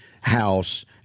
house